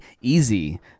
Easy